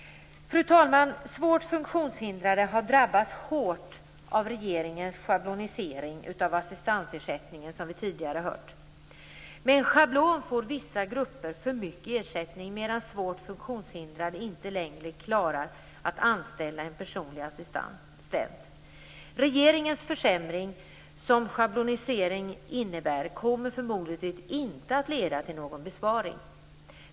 Fru talman! Svårt funktionshindrade har drabbats hårt av regeringens schablonisering av assistansersättningen, som vi tidigare hört. Med en schablon får vissa grupper för mycket ersättning medan svårt funktionshindrade inte längre klarar att anställa en personlig assistent. Regeringens försämring, vilket schabloniseringen innebär, kommer förmodligen inte att leda till någon besparing.